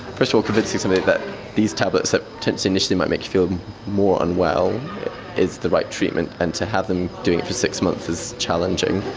first of all convincing somebody that these tablets that tend to initially might make you feel more unwell is the right treatment and to have them doing it for six months is challenging.